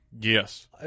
yes